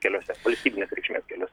keliuose valstybinės reikšmės keliuo